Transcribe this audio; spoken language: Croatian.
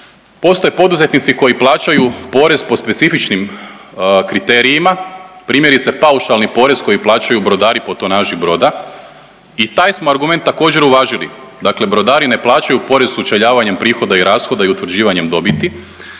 postoje poduzetnici koji plaćaju porez po specifičnim kriterijima, primjerice, paušalni porez koji plaćaju brodari po tonaži broda i taj smo argument također uvažili, dakle brodari ne plaćaju porez sučeljavanjem prihoda i rashoda i utvrđivanjem dobiti